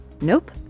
Nope